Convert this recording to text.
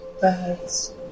birds